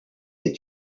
est